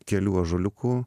kelių ąžuoliukų